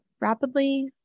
rapidly